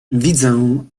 widzę